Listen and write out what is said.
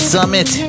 Summit